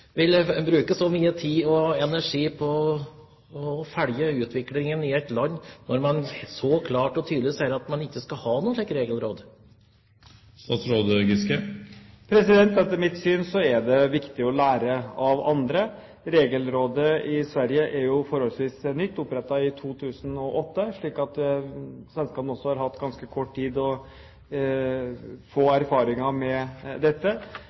vil statsråden bruke så mye tid og energi på å følge utviklingen i et land når man så klart og tydelig sier at man ikke skal ha et slikt regelråd? Etter mitt syn er det viktig å lære av andre. Regelrådet i Sverige er jo forholdsvis nytt – opprettet i 2008 – så svenskene har også hatt ganske kort tid på å få erfaringer med dette.